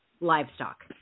livestock